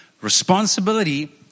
responsibility